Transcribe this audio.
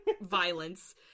violence